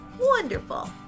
Wonderful